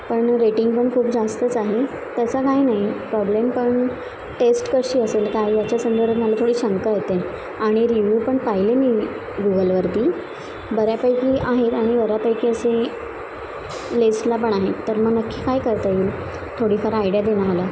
पण रेटिंग पण खूप जास्तच आहे तसा काही नाही प्रॉब्लेम पण टेस्ट कशी असेल काय याच्या संदर्भात मला थोडी शंका होते आणि रिव्यू पण पाहिले मी गुगलवरती बऱ्यापैकी आहेत आणि बऱ्यापैकी असेल लेसला पण आहे तर मग नक्की काय करता येईल थोडीफार आयडिया दे ना मला